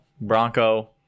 Bronco